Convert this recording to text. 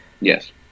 Yes